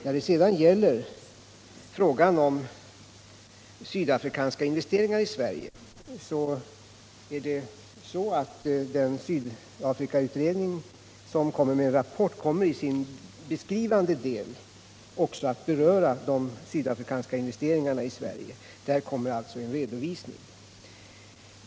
När det gäller sydafrikanska investeringar i Sverige kommer Sydafrikautredningen i en beskrivande del av sin rapport också att beröra dessa. Det kommer alltså en redovisning.